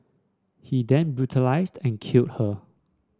he then brutalised and killed her